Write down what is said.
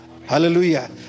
Hallelujah